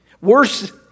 Worse